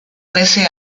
trece